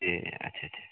ए अच्छा अच्छा